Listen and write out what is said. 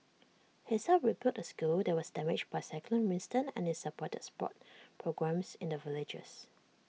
he's helped rebuild A school that was damaged by cyclone Winston and is supported sports programmes in the villages